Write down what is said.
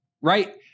right